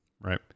Right